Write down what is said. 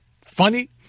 funny